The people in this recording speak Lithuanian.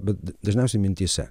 bet dažniausiai mintyse